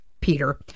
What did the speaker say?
Peter